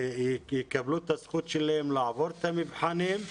יקבל את הזכות שלו לעבור את המבחנים,